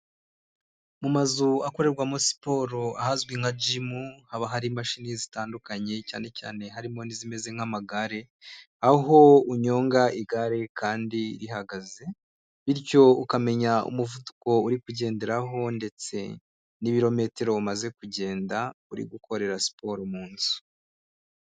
Mu mazu akorerwamo siporo ahazwi nka Jimu haba hari imashini zitandukanye cyane cyane harimo n'izimeze nk'amagare aho unyonga igare kandi rihagaze bityo ukamenya umuvuduko uri kugenderaho ndetse n'ibirometero umaze kugenda uri gukorera siporo mu nzu.